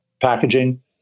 packaging